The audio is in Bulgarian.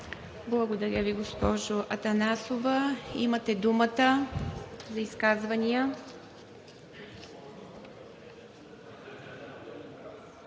Благодаря Ви, госпожо Атанасова. Имате думата за изказвания.